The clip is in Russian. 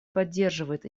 поддерживает